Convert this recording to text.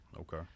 Okay